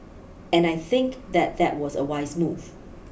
and I think that that was a wise move